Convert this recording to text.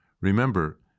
Remember